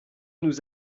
nous